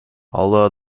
although